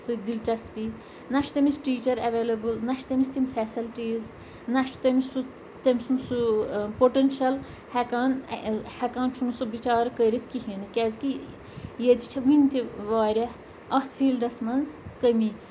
سۭتۍ دِلچَسپی نہ چھُ تٔمِس ٹیٖچَر ایویلیبل نہ چھِ تٔمِس تِم فٮ۪سَلٹیٖز نہ چھُ تٔمِس سُہ تٔمۍ سُنٛد سُہ پوٚٹٮ۪نشَل ہٮ۪کان ہٮ۪کان چھُنہٕ سُہ بِچارٕ کٔرِتھ کِہیٖنۍ نہٕ کیٛازِ کہِ ییٚتہِ چھِ وٕنہِ تہِ واریاہ اَتھ فیٖلڈَس منٛز کٔمی